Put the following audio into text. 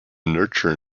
nurture